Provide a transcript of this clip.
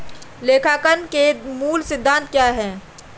लेखांकन के मूल सिद्धांत क्या हैं?